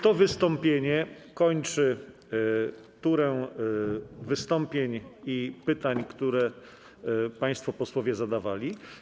To wystąpienie kończy turę wystąpień i pytań, które państwo posłowie zadawali.